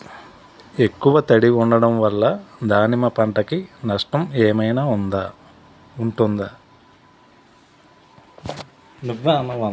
ఎక్కువ తడి ఉండడం వల్ల దానిమ్మ పంట కి నష్టం ఏమైనా ఉంటుందా?